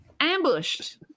Ambushed